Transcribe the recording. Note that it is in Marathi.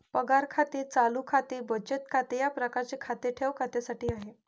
पगार खाते चालू खाते बचत खाते या प्रकारचे खाते ठेव खात्यासाठी आहे